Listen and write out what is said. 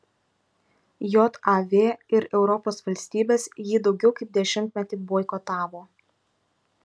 jav ir europos valstybės jį daugiau kaip dešimtmetį boikotavo